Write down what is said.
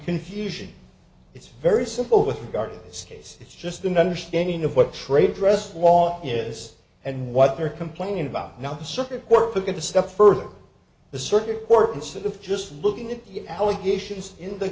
confusion it's very simple with regard to this case it's just an understanding of what trade dress wall is and what they're complaining about not the circuit court to get a step further the circuit court instead of just looking at the allegations in the